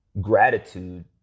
Gratitude